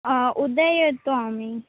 उद्या येतो आम्ही